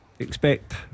Expect